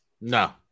No